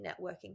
networking